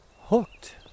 hooked